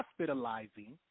hospitalizing